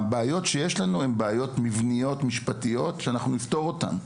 הבעיות שיש לנו הן בעיות משפטיות ואנחנו נפתור אותן,